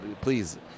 Please